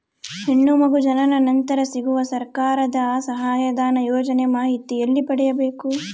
ಹೆಣ್ಣು ಮಗು ಜನನ ನಂತರ ಸಿಗುವ ಸರ್ಕಾರದ ಸಹಾಯಧನ ಯೋಜನೆ ಮಾಹಿತಿ ಎಲ್ಲಿ ಪಡೆಯಬೇಕು?